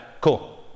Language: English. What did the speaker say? cool